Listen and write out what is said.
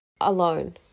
alone